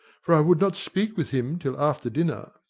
for i would not speak with him till after dinner.